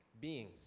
beings